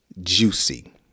juicy